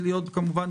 לא.